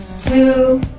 two